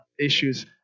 issues